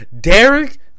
Derek